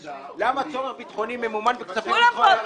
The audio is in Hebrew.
למה צורך ביטחוני ממומן בכספים קואליציוניים?